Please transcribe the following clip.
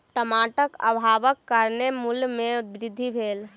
टमाटर अभावक कारणेँ मूल्य में वृद्धि भेल